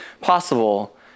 possible